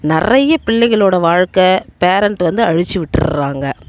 நிறைய பிள்ளைகளோடய வாழ்க்கை பேரெண்ட் வந்து அழித்து விட்டுடுறாங்க